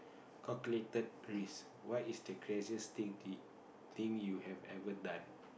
calculated risk what is the craziest thing did thing you have ever done